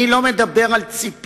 אני לא מדבר על פיצול,